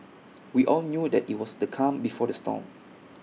we all knew that IT was the calm before the storm